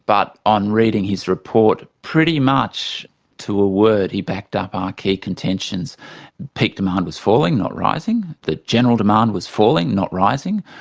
but on reading his report, pretty much to a word he backed up our key contentions peak demand was falling not rising, the general demand was falling not rising,